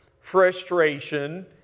frustration